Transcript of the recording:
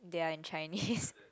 they are in Chinese